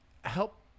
Help